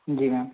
जी ma'am